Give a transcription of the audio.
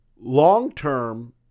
long-term